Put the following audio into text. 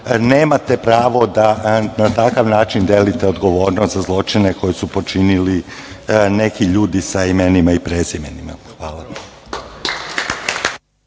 nemate pravo da na takav način delite odgovornost za zločine koje su počinili neki ljudi sa imenima i prezimenima. Hvala